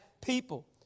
people